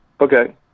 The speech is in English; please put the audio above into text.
Okay